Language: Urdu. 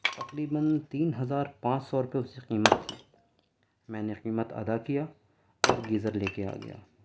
تقریباََ تین ہزار پانچ سو روپیے اس کی قیمت تھی میں نے قیمت ادا کیا اور گیزر لے کے آ گیا